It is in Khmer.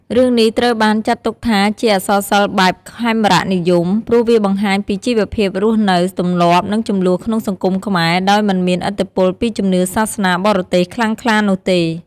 រឿងនេះត្រូវបានចាត់ទុកថាជាអក្សរសិល្ប៍បែប ខេមរនិយម ព្រោះវាបង្ហាញពីជីវិតភាពរស់នៅ ទម្លាប់ និងជម្លោះក្នុងសង្គមខ្មែរ ដោយមិនមានឥទ្ធិពលពីជំនឿសាសនាបរទេសខ្លាំងក្លានោះទេ។